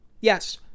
Yes